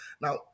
Now